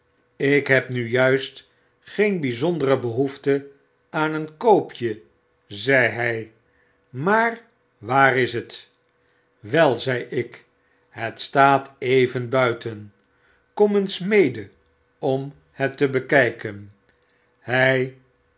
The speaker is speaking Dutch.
ik heb nu juist geen bijzond ere behoefte aan een koopje zei hij maar waar is het j wel zei ik b het staat even buiten kom eens mede om het te bekijken